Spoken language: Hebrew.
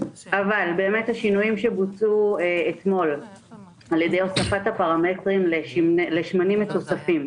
אבל השינויים שבוצעו אתמול על-ידי הוספת הפרמטרים לשמנים ותוספים,